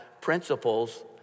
principles